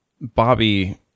Bobby